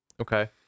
Okay